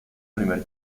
primer